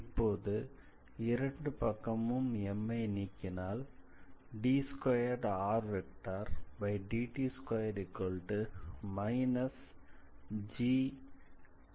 இப்போது இரண்டு பக்கமும் m ஐ நீக்கினால் d2rdt2−gk என கிடைக்கிறது